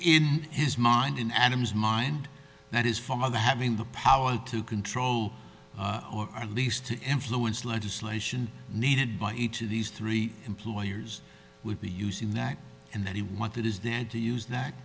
in his mind in adam's mind that his father having the power to control or at least to influence legislation needed by each of these three employers would be using that and that he wanted his dad to use that